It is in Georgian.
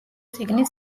წიგნი